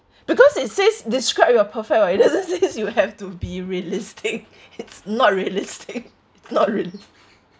because it says describe your perfect [what] it doesn't says you have to be realistic it's not realistic not real~